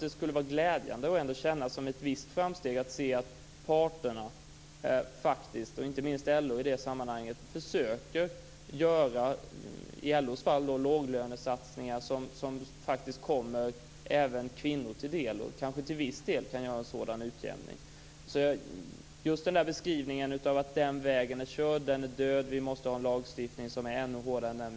Det skulle vara glädjande att kunna känna det som ett framsteg att parterna, inte minst LO, i det sammanhanget försöker göra låglönesatsningar som faktiskt kommer även kvinnor till del och som kanske till viss del kan utgöra en sådan utjämning. Vi hörde en beskrivning av denna väg som körd och död och krav på en ännu hårdare lagstiftning än den vi har i dag.